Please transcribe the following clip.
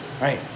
right